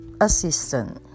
assistant